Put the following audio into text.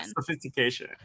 Sophistication